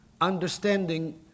understanding